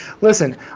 Listen